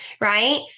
Right